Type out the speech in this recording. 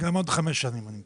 גם עוד חמש שנים, אני מקווה.